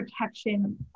protection